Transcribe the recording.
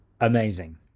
amazing